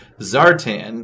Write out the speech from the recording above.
Zartan